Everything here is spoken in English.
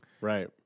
Right